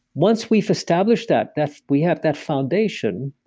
once we've established that, that we have that foundation,